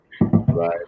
Right